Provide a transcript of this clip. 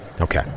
Okay